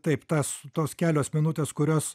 taip tas tos kelios minutės kurios